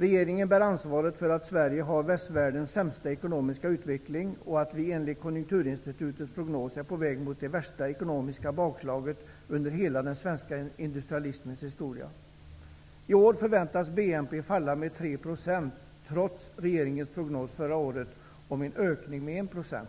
Regeringen bär ansvaret för att Sverige har västvärldens sämsta ekonomiska utveckling och för att vi, enligt Konjunkturinstitutets prognos, är på väg mot det värsta ekonomiska bakslaget under hela den svenska industrialismens historia. I år förväntas BNP falla med 3 %, trots regeringens prognos från förra året om en ökning med 1 %.